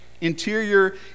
Interior